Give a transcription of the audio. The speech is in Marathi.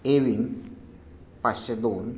ए विंग पाचशे दोन